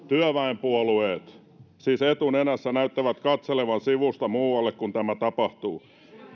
työväenpuolueet siis etunenässä näyttää katselevan sivusta muualle kun tämä tapahtuu